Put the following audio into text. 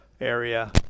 area